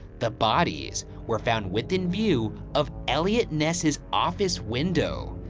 the bodies were found within view of eliot ness's office window,